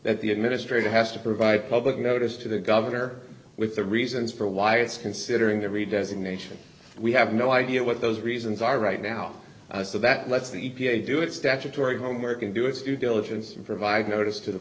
that the administrator has to provide public notice to the governor with the reasons for why it's considering every designation we have no idea what those reasons are right now so that lets the e p a do its statutory homework and do its due diligence and provide notice t